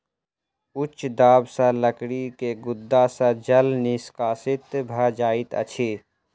उच्च दाब सॅ लकड़ी के गुद्दा सॅ जल निष्कासित भ जाइत अछि